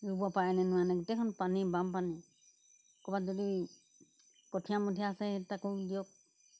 ৰুব পাৰে নে নোৱাৰেনে গোটেইখন পানী বাম পানী ক'ৰবাত যদি কঠীয়া মঠিয়া আছে সেই তাকো দিয়ক